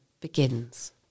begins